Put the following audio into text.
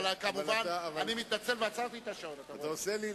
כמובן, אני מתנצל ועצרתי את השעון, כפי שאתה רואה.